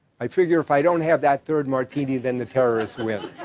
i figure if i don't have that third martini, then the terrorists win.